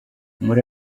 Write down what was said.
muri